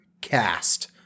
cast